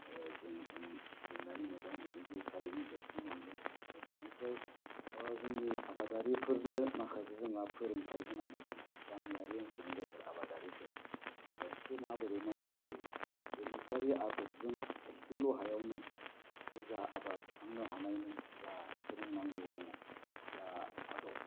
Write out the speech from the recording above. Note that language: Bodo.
जों जेंनानि मोगा मोगि बे थारैनो जोबस्रांलांगोन आरो बिनिफ्राय जोंनि आबादारिफोरनो माखासे जोंना फोरोंथाय होनांगौ दङ दा गामियारि ओनसोलनि जायफोर आबादारिफोर आबादखौ माबोरै मावनाय जायो गोनोखोआरि आदबजों इसेल' हायावनो बुरजा आबाद थिखांनो हानायनि जाहा फोरोंनांगौ दङ जा आदब